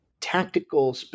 tactical